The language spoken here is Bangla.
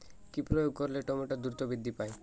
কি প্রয়োগ করলে টমেটো দ্রুত বৃদ্ধি পায়?